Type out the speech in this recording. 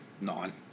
Nine